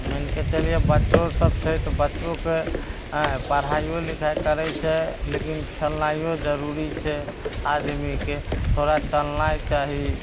मानिके चलिऔ बच्चोसभ छै तऽ बच्चोके हेँ पढ़ाइओ लिखाइ करै छै लेकिन खेलनाइओ जरूरी छै आदमीके थोड़ा चलना चाही